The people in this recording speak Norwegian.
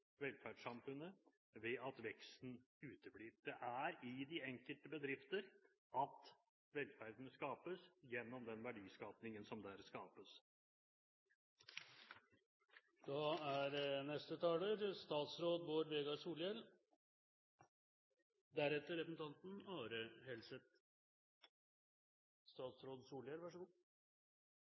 velferdssamfunnet ved at veksten uteblir. Det er i de enkelte bedrifter at velferden skapes gjennom den verdiskapingen som skapes der.